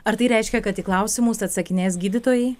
ar tai reiškia kad į klausimus atsakinės gydytojai